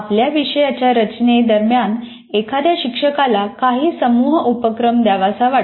आपल्या विषयाच्या रचने दरम्यान एखाद्या शिक्षकाला काही समूह उपक्रम द्यावासा वाटतो